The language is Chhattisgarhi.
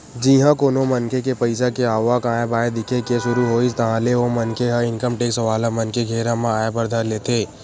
जिहाँ कोनो मनखे के पइसा के आवक आय बाय दिखे के सुरु होइस ताहले ओ मनखे ह इनकम टेक्स वाला मन के घेरा म आय बर धर लेथे